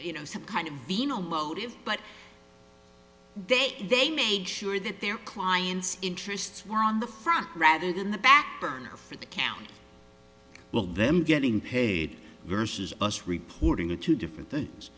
you know some kind of venal motive but they they made sure that their client's interests were on the front rather than the back burner for the county well them getting paid versus us reporting are two different things